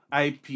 IP